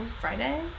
Friday